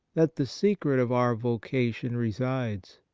that the secret of our vocation resides.